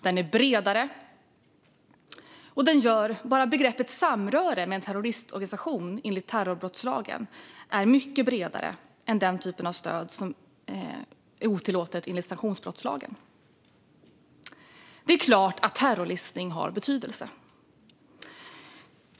Den är bredare, och den gör att begreppet samröre med en terroristorganisation enligt terroristbrottslagen är mycket bredare än den typ av stöd som är otillåtet enligt sanktionsbrottslagen. Det är klart att terrorlistning har betydelse.